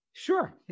Sure